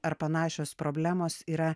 ar panašios problemos yra